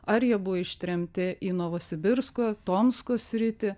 ar jie buvo ištremti į novosibirsko tomsko sritį